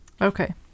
Okay